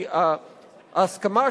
כי ההסכמה,